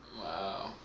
wow